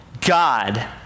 God